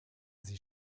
sie